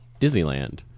Disneyland